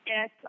Yes